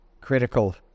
critical